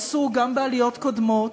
עשו גם בעליות קודמות,